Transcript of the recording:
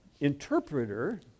interpreter